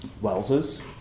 Wells's